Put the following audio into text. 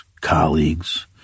colleagues